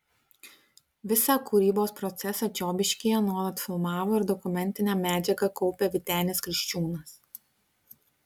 visą kūrybos procesą čiobiškyje nuolat filmavo ir dokumentinę medžiagą kaupė vytenis kriščiūnas